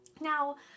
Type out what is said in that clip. Now